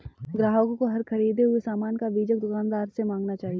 ग्राहकों को हर ख़रीदे हुए सामान का बीजक दुकानदार से मांगना चाहिए